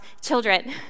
children